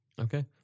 okay